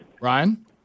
Ryan